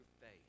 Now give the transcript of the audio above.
faith